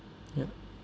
yup